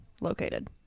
located